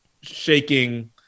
shaking